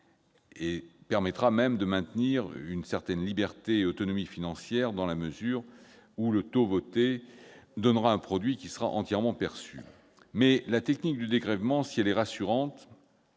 assurera même une certaine liberté ou autonomie financière, dans la mesure où le taux voté donnera un produit qui sera entièrement perçu. La technique du dégrèvement est rassurante.